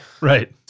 Right